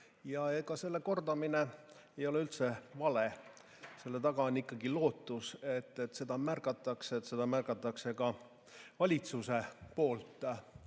Ega selle kordamine ei ole üldse vale. Selle taga on ikkagi lootus, et seda märgatakse, et seda märgatakse ka valitsuse poolt. Eestis